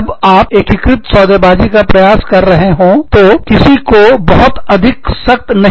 जब आप एकीकृत सौदेबाजी का प्रयास कर रहे हो तब किसी को बहुत अधिक सख्त नहीं होना चाहिए